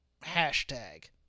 hashtag